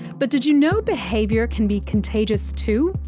but did you know behaviour can be contagious too?